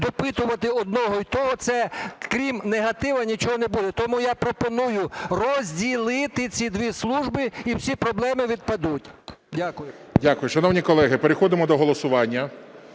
допитувати одного і того – це крім негативу, нічого не буде. Тому я пропоную розділити ці дві служби і всі проблеми відпадуть. Дякую. ГОЛОВУЮЧИЙ. Дякую. Шановні колеги, переходимо до голосування.